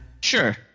Sure